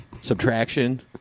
Subtraction